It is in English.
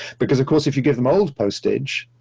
because of course, if you give them old postage,